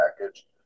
package